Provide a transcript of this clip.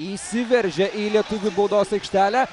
įsiveržia į lietuvių baudos aikštelę